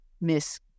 miss